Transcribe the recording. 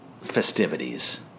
festivities